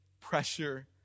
pressure